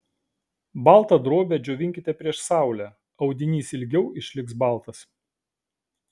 baltą drobę džiovinkite prieš saulę audinys ilgiau išliks baltas